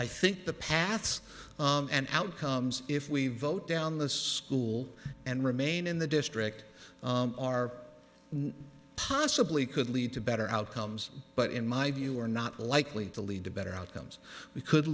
i think the paths and outcomes if we vote down the school and remain in the district are not possibly could lead to better outcomes but in my view are not likely to lead to better outcomes we could